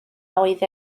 oedd